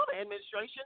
administration